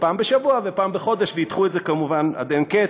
פעם בשבוע ופעם בחודש וידחו את זה כמובן עד אין קץ.